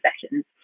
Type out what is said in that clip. sessions